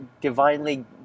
divinely